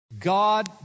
God